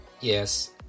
yes